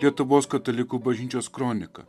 lietuvos katalikų bažnyčios kroniką